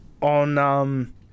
On